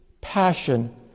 passion